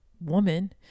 woman